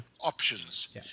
options